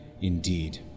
Indeed